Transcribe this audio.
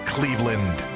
Cleveland